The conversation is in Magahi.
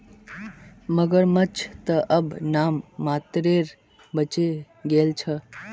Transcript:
मगरमच्छ त अब नाम मात्रेर बचे गेल छ